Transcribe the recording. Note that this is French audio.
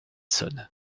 sonne